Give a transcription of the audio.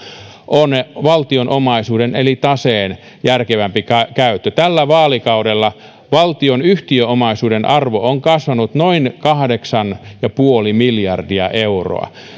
on valtion omaisuuden eli taseen järkevämpi käyttö tällä vaalikaudella valtion yhtiöomaisuuden arvo on kasvanut noin kahdeksan pilkku viisi miljardia euroa